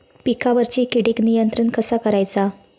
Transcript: पिकावरची किडीक नियंत्रण कसा करायचा?